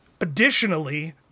Additionally